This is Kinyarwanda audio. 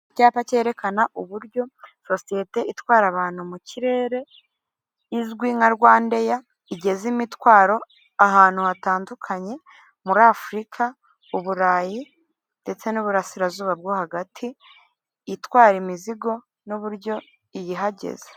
Icyapa cyerekana uburyo sosiyete itwara abantu mu kirere izwi nka Rwandeya igeza imitwaro ahantu hatandukanye: muri Afurika, Uburayi, ndetse n'Ububurasirazuba bwo hagati, itwara imizigo n'uburyo iyihageza.